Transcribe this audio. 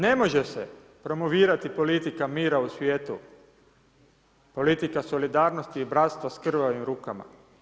Ne može se promovirati politika mira u svijetu, politika solidarnosti i bratstva s krvavim rukama.